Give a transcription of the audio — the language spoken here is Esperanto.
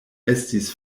estis